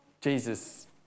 Jesus